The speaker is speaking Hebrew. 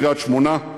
לקריית-שמונה.